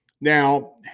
Now